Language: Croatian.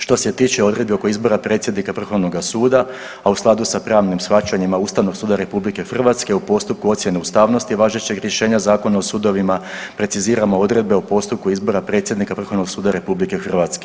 Što se tiče odredbi oko izbora predsjednika Vrhovnoga suda, a u skladu sa pravnim shvaćanjima Ustavnog suda RH u postupku ocjene ustavnosti važećeg rješenja Zakona o sudovima preciziramo odredbe o postupku izbora predsjednika Vrhovnog suda RH.